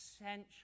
essential